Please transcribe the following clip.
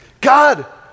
God